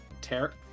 tear